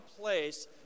place